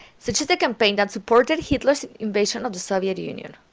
such as the campaign that supported hitler's invasion of the soviet union.